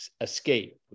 escape